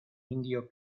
indio